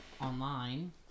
online